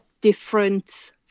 different